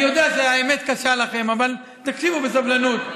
אני יודע שהאמת קשה לכם, אבל תקשיבו בסבלנות.